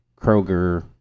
Kroger